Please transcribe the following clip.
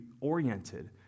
oriented